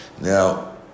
Now